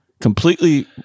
completely